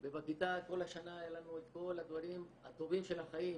ובכיתה כל השנה היה לנו את כל הדברים הטובים של החיים,